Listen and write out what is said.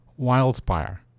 Wildspire